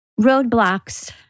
Roadblocks